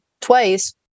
twice